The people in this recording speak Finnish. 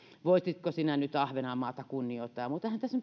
voisitko sinä nyt ahvenanmaata kunnioittaa ja muuta eihän tässä